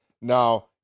Now